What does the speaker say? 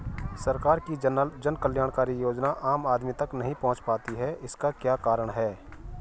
सरकार की जन कल्याणकारी योजनाएँ आम आदमी तक नहीं पहुंच पाती हैं इसका क्या कारण है?